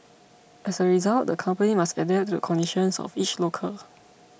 as a result the company must adapt to the conditions of each locale